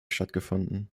stattgefunden